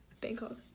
Bangkok